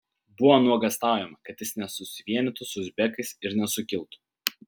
buvo nuogąstaujama kad jis nesusivienytų su uzbekais ir nesukiltų